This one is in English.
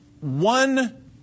one